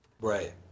Right